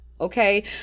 okay